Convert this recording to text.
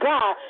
God